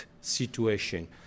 situation